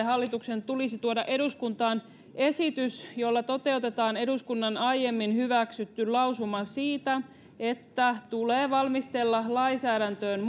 hallituksen tulisi tuoda eduskuntaan esitys jolla toteutetaan eduskunnan aiemmin hyväksytty lausuma siitä että tulee valmistella lainsäädäntöön